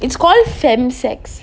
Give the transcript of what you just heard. it's called fam sex